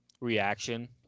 reaction